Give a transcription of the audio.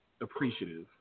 appreciative